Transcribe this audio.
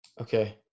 Okay